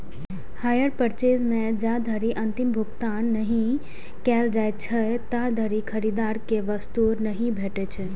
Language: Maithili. हायर पर्चेज मे जाधरि अंतिम भुगतान नहि कैल जाइ छै, ताधरि खरीदार कें वस्तु नहि भेटै छै